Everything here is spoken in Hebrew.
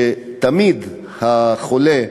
שתמיד החולה,